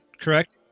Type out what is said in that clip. Correct